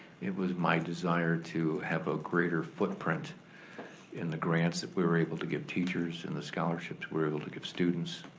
it was my desire to have a greater footprint in the grants that we were able to give teachers, in the scholarships we were able to give students,